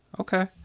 okay